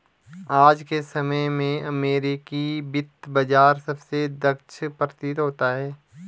आज के समय में अमेरिकी वित्त बाजार सबसे दक्ष प्रतीत होता है